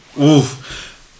Oof